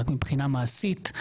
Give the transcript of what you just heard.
רק מבחינה מעשית,